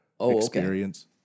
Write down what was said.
experience